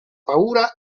paura